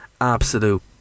absolute